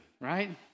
right